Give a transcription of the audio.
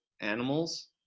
animals